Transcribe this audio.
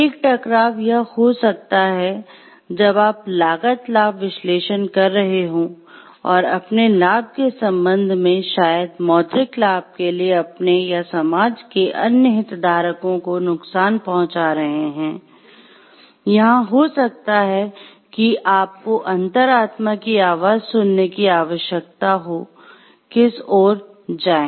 एक टकराव यह हो सकता है जब आप लागत लाभ विश्लेषण कर रहे हों और अपने लाभ के संबंध में शायद मौद्रिक लाभ के लिए अपने या समाज के अन्य हितधारकों को नुकसान पहुंचा रहे हैं यहाँ हो सकता है कि आपको अंतरात्मा की आवाज़ सुनने की आवश्यकता हो किस ओर जाएं